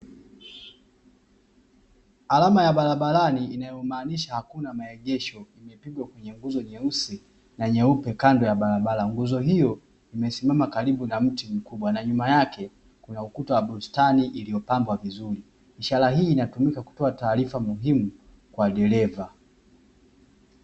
Alama ya barabarani inayomaanisha hakuna maegesho, imepigwa kwenye nguzo nyeusi na nyeupe kando ya barabara. Nguzo hiyo imesimama karibu na mti mkubwa na nyuma yake kuna ukuta wa bustani iliyopangwa vizuri. Ishara hii inatumika kutoa taarifa muhimu kwa dereva.